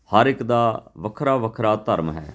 ਹਰ ਇੱਕ ਦਾ ਵੱਖਰਾ ਵੱਖਰਾ ਧਰਮ ਹੈ